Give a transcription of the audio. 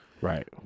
Right